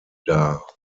dar